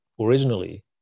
originally